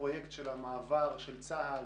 הפרויקט של המעבר של צה"ל,